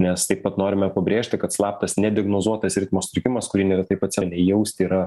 nes taip pat norime pabrėžti kad slaptas nedignozuotas ritmo sutrikimas kurį neretai pacientai ima jausti yra